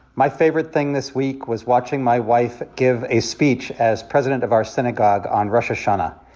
my favorite thing this week was watching my wife give a speech as president of our synagogue on rosh hashanah.